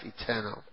eternal